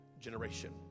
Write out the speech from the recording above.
generation